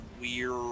weird